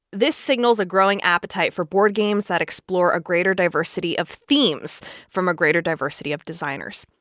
this signals a growing appetite for board games that explore a greater diversity of themes from a greater diversity of designers.